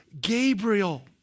Gabriel